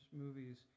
movies